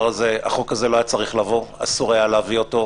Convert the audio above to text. החוק הזה לא היה צריך לבוא, אסור היה להביא אותו.